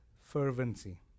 fervency